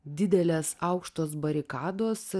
didelės aukštos barikados